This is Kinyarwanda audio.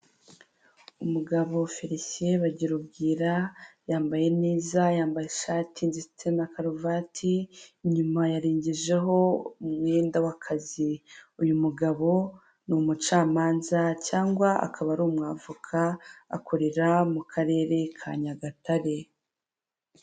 Umugabo Felecien Bagirarubwira yambaye neza yambaye ishati ndetse na karuvati, inyuma yarengejeho umwenda w'akazi, uyu mugabo ni umucamanza cyangwa akaba ari umu avoka akorera mu karere ka Nyagatare.